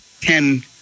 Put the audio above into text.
ten